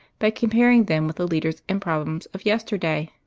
by comparing them with the leaders and problems of yesterday.